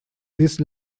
this